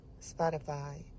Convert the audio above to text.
Spotify